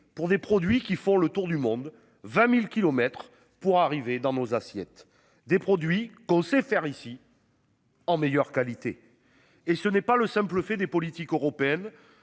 pour des produits qui font le tour du monde, 20.000 kilomètres pour arriver dans nos assiettes, des produits qu'on sait faire ici. En meilleure qualité et ce n'est pas le simple fait des politiques européennes